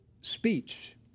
speech